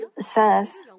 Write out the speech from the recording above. says